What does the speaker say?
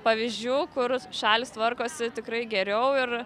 pavyzdžių kur šalys tvarkosi tikrai geriau ir